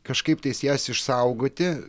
kažkaip ties jas išsaugoti